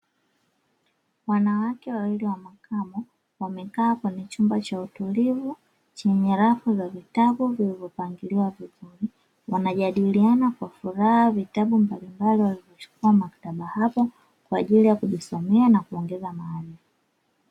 Wanawake wawili wa makamo wamekaa kwenye chumba cha utulivu chenye rafu za vitabu vilivyopangiliwa vizuri, wanajadiliana kwa furaha vitabu mbalimbali walivyochukua maktaba hapo kwa ajili ya kujisomea na kuongeza maarifa.